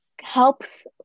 helps